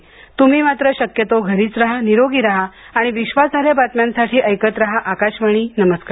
पुन तुम्ही मात्र शक्यतो घरी रहा निरोगी रहा आणि विश्वासार्ह बातम्यांसाठी ऐकत राहा आकाशवाणी नमस्कार